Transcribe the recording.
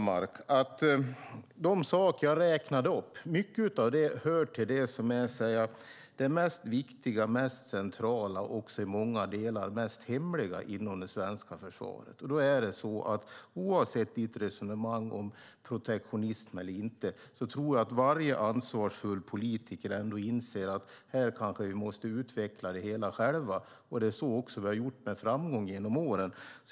Mycket av det jag räknade upp hör till det viktigaste, mest centrala och i många delar hemligaste inom det svenska försvaret. Oavsett ditt resonemang om protektionism eller inte tror jag att varje ansvarsfull politiker inser att vi kanske måste utveckla det hela själva, och så har vi också gjort med framgång genom åren.